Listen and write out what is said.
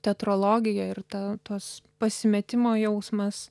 teatrologiją ir tą tuos pasimetimo jausmas